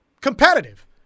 competitive